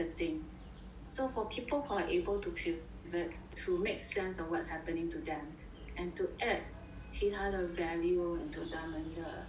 so for people who are able to pivot to make sense of what's happening to them and to add 其他的 value into 他们的